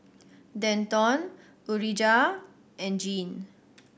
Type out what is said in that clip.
Denton Urijah and Jean